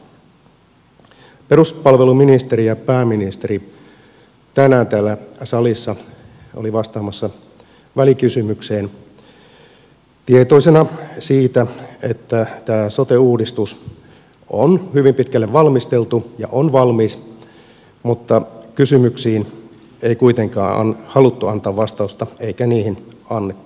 peruspalveluministeri ja pääministeri tänään täällä salissa olivat vastaamassa välikysymykseen tietoisena siitä että tämä sote uudistus on hyvin pitkälle valmisteltu ja on valmis mutta kysymyksiin ei kuitenkaan haluttu antaa vastausta eikä niihin annettu